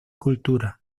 cultura